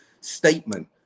statement